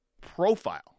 profile